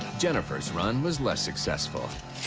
jennifer's run was less successful.